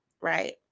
Right